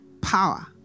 power